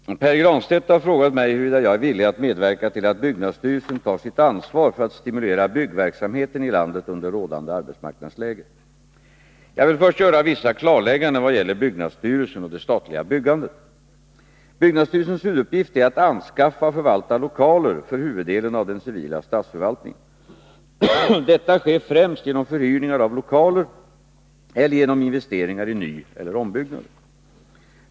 Herr talman! Pär Granstedt har frågat mig huruvida jag är villig att medverka till att byggnadsstyrelsen tar sitt ansvar för att stimulera byggverksamheten i landet under rådande arbetsmarknadsläge. Jag vill först göra vissa klarlägganden vad gäller byggnadsstyrelsen och det statliga byggandet. Byggnadsstyrelsens huvuduppgift är att anskaffa och förvalta lokaler för huvuddelen av den civila statsförvaltningen. Detta sker främst genom förhyrningar av lokaler eller genom investeringar i nyeller ombyggnader.